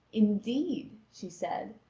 indeed, she said,